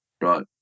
right